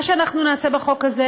מה שנעשה בחוק הזה,